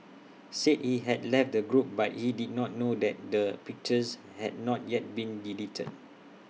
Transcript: said he had left the group but he did not know that the pictures had not yet been deleted